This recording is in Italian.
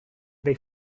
dei